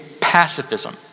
pacifism